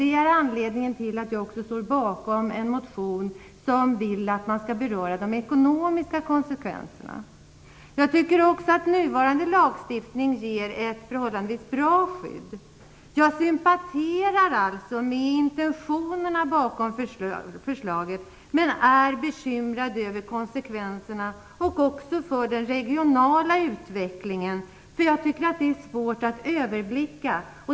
Det är anledningen till att jag står bakom en motion, som vill att man skall beröra de ekonomiska konsekvenserna. Nuvarande lagstiftning ger ett förhållandevis bra skydd. Jag sympatiserar således med intentionerna bakom förslaget, men jag är bekymrad över konsekvenserna och den regionala utvecklingen. Jag tycker att det är svårt att överblicka.